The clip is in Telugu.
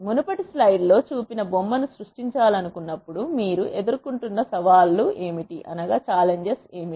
మునుపటి స్లయిడ్ లో చూపిన బొమ్మను సృష్టించాలనుకున్నప్పుడు మీరు ఎదుర్కొంటున్న సవాళ్లు ఏమిటి